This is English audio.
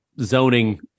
zoning